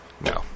No